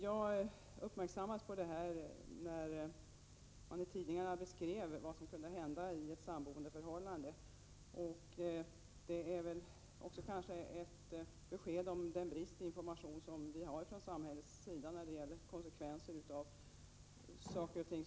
Jag uppmärksammades på att det finns brister i systemet när tidningarna beskrev vad som kunde hända i ett samboendeförhållande. Det är kanske ett besked om att det brister i fråga om informationen från samhällets sida när det gäller konsekvenserna av saker och ting.